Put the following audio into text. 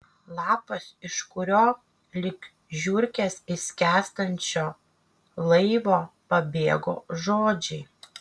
lapas iš kurio lyg žiurkės iš skęstančio laivo pabėgo žodžiai